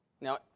Now